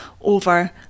over